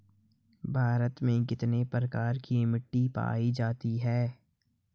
भारत में कितने प्रकार की मिट्टी पाई जाती हैं?